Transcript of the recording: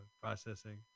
processing